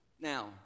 Now